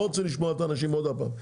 לא רוצה לשמוע את האנשים עוד הפעם,